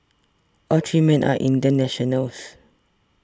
all three men are Indian nationals